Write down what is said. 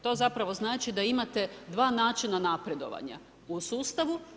To zapravo znači da imate dva načina napredovanja u sustavu.